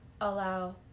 allow